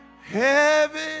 Heaven